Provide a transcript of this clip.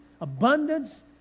abundance